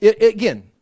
Again